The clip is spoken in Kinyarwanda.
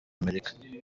amerika